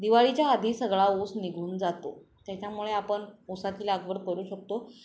दिवाळीच्या आधी सगळा ऊस निघून जातो त्याच्यामुळे आपण ऊसाची लागवड करू शकतो